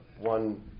one